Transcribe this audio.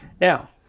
Now